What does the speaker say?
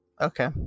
Okay